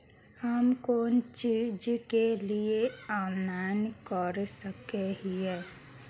हम कोन चीज के लिए ऑनलाइन कर सके हिये?